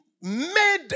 made